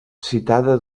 citada